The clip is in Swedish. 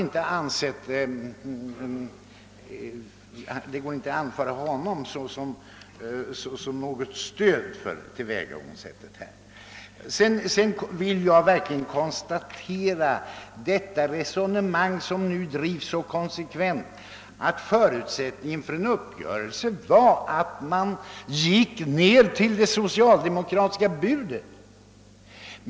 Det går alltså inte att anföra herr Wedéns ord som stöd för det socialdemokratiska tillvägagångssättet. Sedan noterar jag socialdemokraternas konsekventa resonemang att förutsättningen för en uppgörelse var att vi gick ned till deras bud.